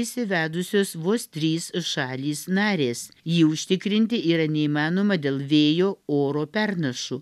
įsivedusios vos trys šalys narės jį užtikrinti yra neįmanoma dėl vėjo oro pernašų